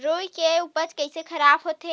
रुई के उपज कइसे खराब होथे?